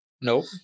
Nope